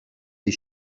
des